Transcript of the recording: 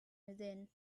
within